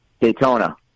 Daytona